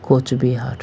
Cooch Behar